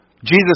Jesus